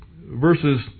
verses